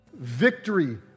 Victory